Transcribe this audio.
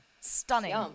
Stunning